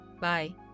Bye